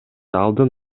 алдын